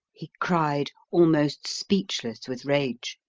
he cried, almost speechless with rage,